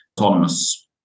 autonomous